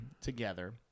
together